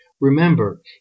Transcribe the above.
Remember